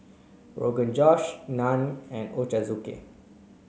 Rogan Josh Naan and Ochazuke